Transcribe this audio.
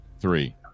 three